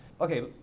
Okay